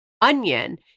onion